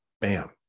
Bam